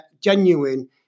genuine